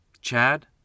Chad